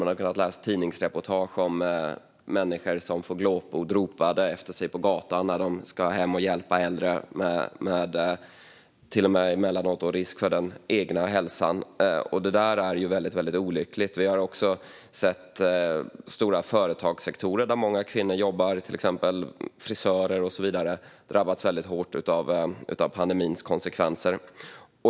Man har kunnat läsa tidningsreportage om människor som får glåpord ropade efter sig på gatan när de ska hem till äldre för hjälpa dem, emellanåt med risk för den egna hälsan. Detta är ju väldigt olyckligt. Vi har också sett att stora företagssektorer där många kvinnor jobbar, till exempel frisörer, har drabbats hårt av pandemins konsekvenser.